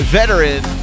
veteran